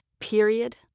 period